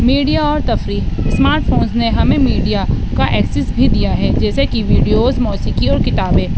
media اور تفریح smartphone نے ہمیں میڈیا کا ایکسس بھی دیا ہے جیسے کہ ویڈیوز موسیقی اور کتابیں